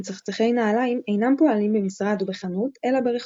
מצחצחי נעליים אינם פועלים במשרד או בחנות אלא ברחוב,